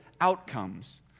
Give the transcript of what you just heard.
outcomes